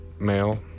male